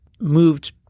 moved